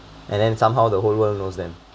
and then somehow the whole world knows them